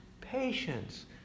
patience